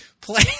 play